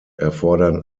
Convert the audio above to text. erfordern